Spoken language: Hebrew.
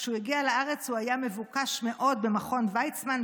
כשהוא הגיע לארץ הוא היה מבוקש מאוד במכון ויצמן,